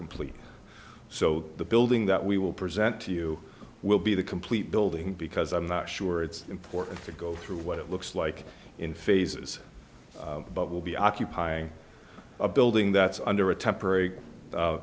complete so the building that we will present to you will be the complete building because i'm not sure it's important to go through what it looks like in phases but will be occupying a building that's under a temporary